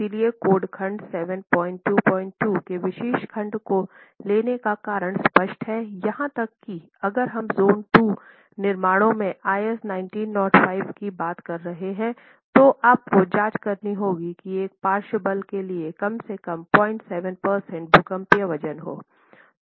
इसलिए कोड खंड 722 के विशेष खंड को लाने का कारण स्पष्ट है यहां तक कि अगर हम जोन II निर्माणों में आईएस 1905 की बात कर रहे हैं तो आपको जांच करनी होगी की एक पार्श्व बल के लिए कम से कम 07 भूकंपीय वजन हो